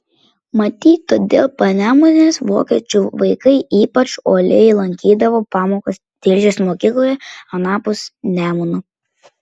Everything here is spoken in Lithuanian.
matyt todėl panemunės vokiečių vaikai ypač uoliai lankydavo pamokas tilžės mokykloje anapus nemuno